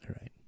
right